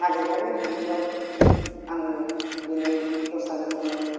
नागिरबाबो मोनैयाव जों आङो दिनै दस्रा रोखोमै